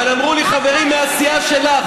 אבל אמרו לי חברים מהסיעה שלך,